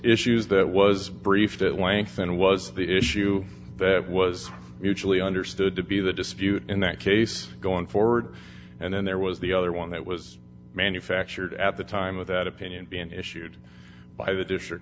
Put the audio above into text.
issues that was briefed at length and was the issue that was mutually understood to be the dispute in that case going forward and then there was the other one that was manufactured at the time of that opinion being issued by the district